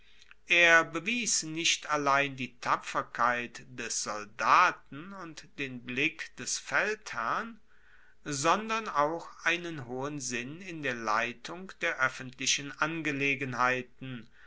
er bewies nicht allein die tapferkeit des soldaten und den blick des feldherrn sondern auch einen hohen sinn in der leitung der oeffentlichen angelegenheiten